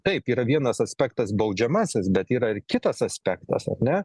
taip yra vienas aspektas baudžiamasis bet yra ir kitas aspektas ar ne